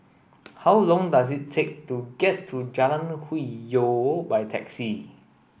how long does it take to get to Jalan Hwi Yoh by taxi